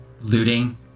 looting